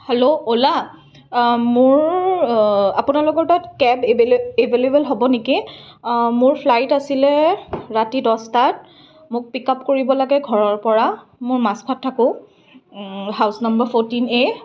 hello অ'লা মোৰ আপোনালোকৰ তাত কেব এবেলেবল এভেইলেবল হ'ব নেকি মোৰ ফ্লাইট আছিলে ৰাতি দহ তাত মোক পিক আপ কৰিব লাগে ঘৰৰ পৰা মোৰ মাছখোৱাত থাকোঁ হাউছ নাম্বাৰ ফৰটিন এ